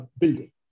building